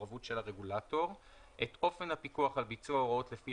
מעורבות של הרגולטור - את אופן הפיקוח על ביצוע הוראות לפי